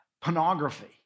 pornography